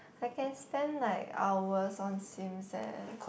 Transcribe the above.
I can spend like hours on Sims eh